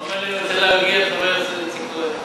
הוא אמר לי: אני רוצה להרגיע את חבר הכנסת איציק כהן,